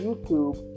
YouTube